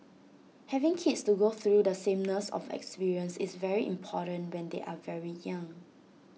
having kids to go through the sameness of experience is very important when they are very young